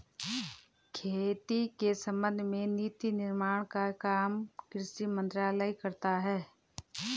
खेती के संबंध में नीति निर्माण का काम कृषि मंत्रालय करता है